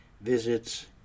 Visits